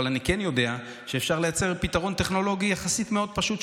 אבל אני כן יודע שאפשר לייצר פתרון טכנולוגי יחסית מאוד פשוט,